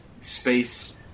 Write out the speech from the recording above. space